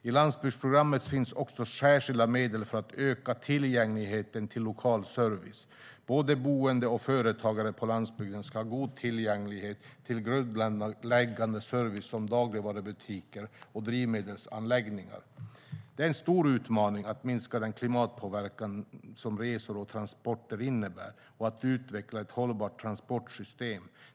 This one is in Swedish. I landsbygdsprogrammet finns också särskilda medel för att öka tillgängligheten till lokal service. Både boende och företagare på landsbygden ska ha god tillgänglighet till grundläggande service som dagligvarubutiker och drivmedelsanläggningar. Det är en stor utmaning att minska den klimatpåverkan som resor och transporter innebär och att utveckla ett hållbart transportsystem.